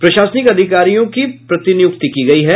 प्रशासनिक अधिकारियों की प्रतिनियुक्ति की गयी है